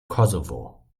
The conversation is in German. kosovo